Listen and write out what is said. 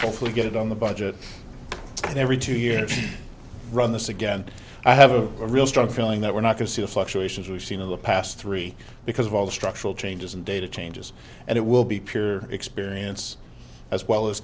we get it on the budget every two years run the sigint i have a real strong feeling that we're not going to see a fluctuations we've seen in the past three because of all the structural changes and data changes and it will be pure experience as well as